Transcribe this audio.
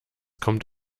kommt